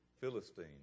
Philistine